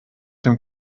dem